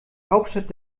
hauptstadt